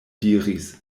diris